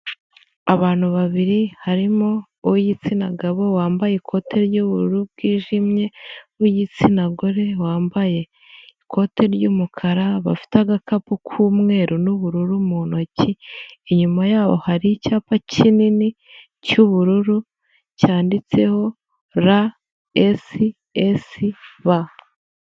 Abantu babiri harimo uw'igitsina gabo wambaye ikote ry'ubururu bwijimye, uw'igitsina gore wambaye ikote ry'umukara, bafite agakapu k'umweru n'ubururu mu ntoki, inyuma yaho hari icyapa kinini cy'ubururu cyanditseho ra esi esi ba.